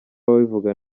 ababivuga